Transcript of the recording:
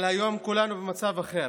אבל היום כולנו במצב אחר.